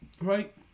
right